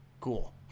cool